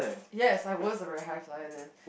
yes I was a red hi five there